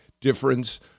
Difference